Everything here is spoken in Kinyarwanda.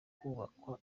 kubakwa